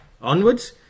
onwards